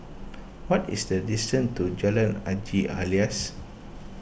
what is the distance to Jalan Haji Alias